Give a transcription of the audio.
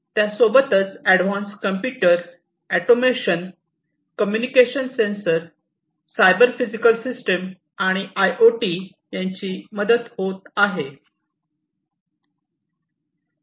त्यासोबतच advance computer automation communication sensor cyber physical system आणि I O T यांची मदत होत आहे